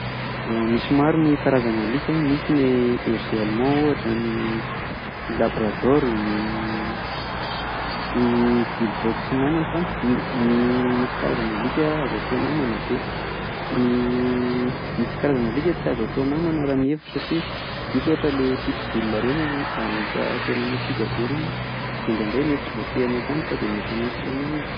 Misy maro ny karazan'alika toy ny berger allemand ohatra, ny labradoro ny bull dog sy ny namany fa misy karazan'alika azo atao namana ve? Ny amiko misy karazan'alika tsy azo atao namana raha ny hevitro satria misy ohatra ilay pit bull ireny, alika tena masika be ireny, dia indraindray mety tsy voafehinao tampoka dia mety hanaikitra anao izy